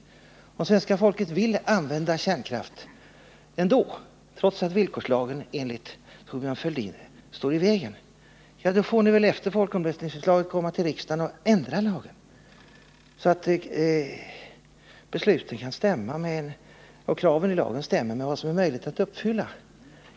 Om svenska folket vill använda kärnkraft, trots att villkorslagen enligt Thorbjörn Fälldin står i vägen, får ni väl efter folkomröstningsutslaget komma till riksdagen med förslag om att ändra lagen, så att kraven överensstämmer med vad som är möjligt att uppfylla.